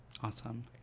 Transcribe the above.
Awesome